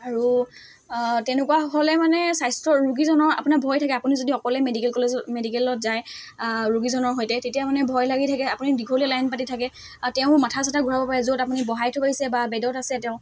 আৰু তেনেকুৱা হ'লে মানে স্বাস্থ্য ৰোগীজনৰ আপোনাৰ ভয় থাকে আপুনি যদি অকলে মেডিকেল কলেজত মেডিকেলত যায় ৰোগীজনৰ সৈতে তেতিয়া মানে ভয় লাগি থাকে আপুনি দীঘলীয়া লাইন পাতি থাকে আৰু তেওঁৰো মাথা চাথা ঘূৰাব পাৰে য'ত আপুনি বহাই থৈছে আহিছে বা বেডত আছে তেওঁ